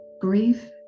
Grief